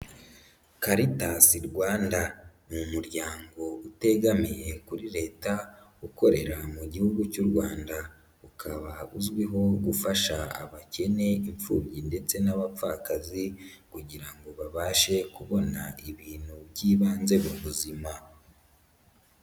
Caritas Rwanda ni umuryango utegamiye kuri leta, ukorera mu gihugu cy'u Rwanda, ukaba uzwiho gufasha abakene, impfubyi ndetse n'abapfakazi kugira ngo babashe kubona ibintu by'ibanze mu buzima.